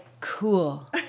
cool